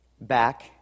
Back